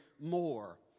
more